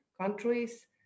countries